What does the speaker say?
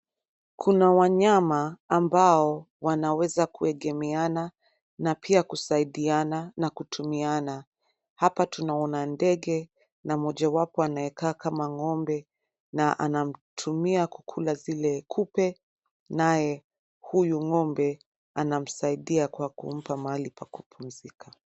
Kuna wanyama ambao wanaweza kuegemeana na pia kusaidiana na kutumiana. Hapa tunaona ndege na mojawapo anayeka kama ng'ombe na anamtumia kukula zile kupe naye huyu ng'ombe anamsaidia kwa kumpa mahali pa kupumzika.